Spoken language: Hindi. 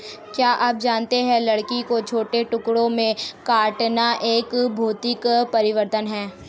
क्या आप जानते है लकड़ी को छोटे टुकड़ों में काटना एक भौतिक परिवर्तन है?